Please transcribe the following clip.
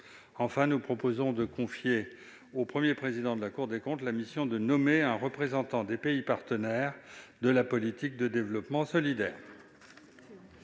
Enfin, nous proposons de laisser au Premier président de la Cour des comptes la charge de nommer un représentant des pays partenaires de la politique de développement solidaire.